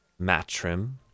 Matrim